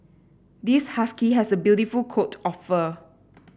this husky has a beautiful coat of fur